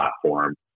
platform